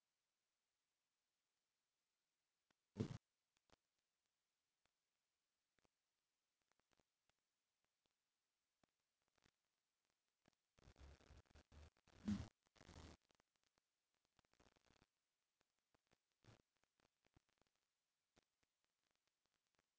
mm